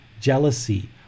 jealousy